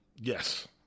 Yes